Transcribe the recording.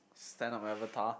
stand up avatar